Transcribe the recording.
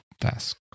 task